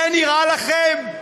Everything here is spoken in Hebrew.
זה נראה לכם?